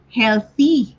healthy